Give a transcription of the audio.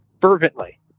fervently